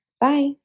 bye